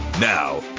now